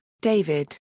David